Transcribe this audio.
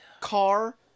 Car